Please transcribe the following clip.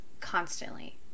constantly